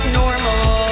normal